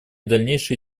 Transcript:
дальнейшей